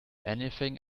anything